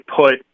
put